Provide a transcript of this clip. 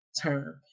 term